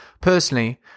personally